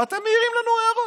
ואתם מעירים לנו הערות.